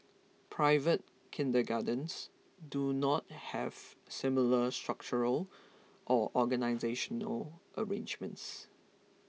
private kindergartens do not have similar structural or organisational arrangements